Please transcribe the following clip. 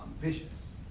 vicious